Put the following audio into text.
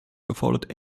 erfordert